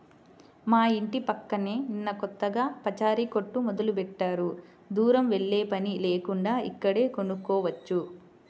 మా యింటి పక్కనే నిన్న కొత్తగా పచారీ కొట్టు మొదలుబెట్టారు, దూరం వెల్లేపని లేకుండా ఇక్కడే కొనుక్కోవచ్చు